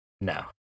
No